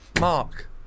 Mark